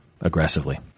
aggressively